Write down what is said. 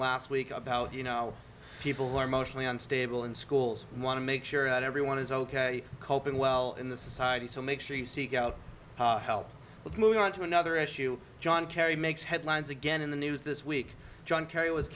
last week about how you know people who are mostly unstable in schools want to make sure everyone is ok coping well in the society so make sure you seek out help with moving on to another issue john kerry makes headlines again in the news this week john kerry was